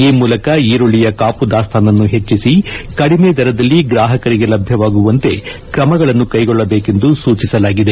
ಈ ಮೂಲಕ ಈರುಳ್ಳಿಯ ಕಾಪುದಾಸ್ತಾನನ್ನು ಹೆಚ್ಚಿಸಿ ಕಡಿಮೆ ದರದಲ್ಲಿ ಗ್ರಾಹಕರಿಗೆ ಲಭ್ಯವಾಗುವಂತೆ ಕ್ರಮಗಳನ್ನು ಕ್ಲೆಗೊಳ್ಟಬೇಕೆಂದು ಸೂಚಿಸಲಾಗಿದೆ